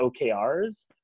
OKRs